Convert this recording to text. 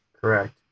Correct